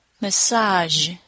Massage